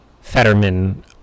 fetterman